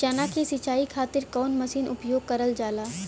चना के सिंचाई खाती कवन मसीन उपयोग करल जाला?